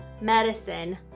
medicine